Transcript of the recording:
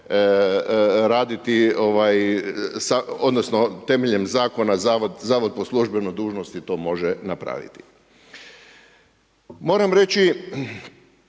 raditi odnosno temeljem zakona zavod po službenoj dužnosti to može napraviti. Moram reći